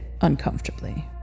uncomfortably